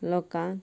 लोकांक